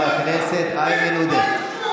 תתביישו.